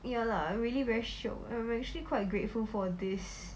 ya lah really very shiok I am actually quite grateful for this